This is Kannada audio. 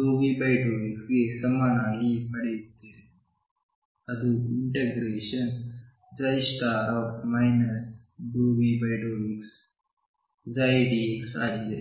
⟨ ∂V∂x⟩ ಗೆ ಸಮನಾಗಿ ಪಡೆಯುತ್ತೀರಿ ಅದು ∂V∂xψ dxಆಗಿದೆ